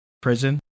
prison